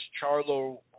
Charlo